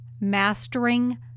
mastering